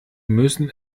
müssen